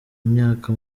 imyaka